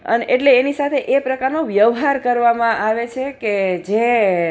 અને એટલે એની સાથે એ પ્રકારનો વ્યવહાર કરવામાં આવે છે કે જે